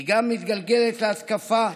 היא גם מתגלגלת להתקפה